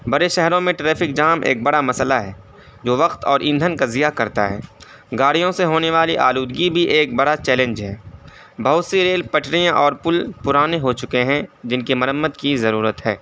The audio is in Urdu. بڑے شہروں میں ٹریفک جام ایک بڑا مسئلہ ہے جو وقت اور ایندھن کا زیاں کرتا ہے گاڑیوں سے ہونے والی آلودگی بھی ایک بڑا چیلنج ہے بہت سی ریل پٹریاں اور پل پرانے ہو چکے ہیں جن کی مرمت کی ضرورت ہے